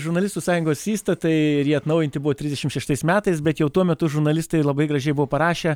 žurnalistų sąjungos įstatai ir jie atnaujinti buvo trisdešim šeštais metais bet jau tuo metu žurnalistai labai gražiai buvo parašę